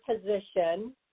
position